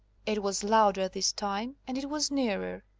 it was louder this time, and it was nearer.